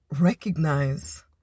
recognize